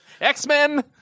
X-Men